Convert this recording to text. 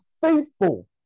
faithful